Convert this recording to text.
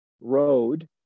road